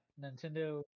Nintendo